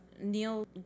neil